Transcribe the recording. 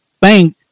bank